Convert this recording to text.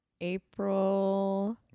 april